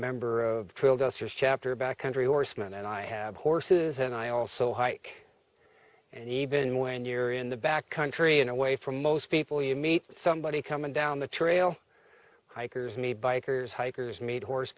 member of trail dusters chapter back country horsemen and i have horses and i also hike and even when you're in the back country in a way for most people you meet somebody coming down the trail hikers me bikers hikers meet horse